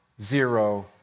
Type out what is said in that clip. zero